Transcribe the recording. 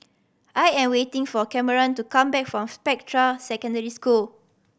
I am waiting for Cameron to come back from Spectra Secondary School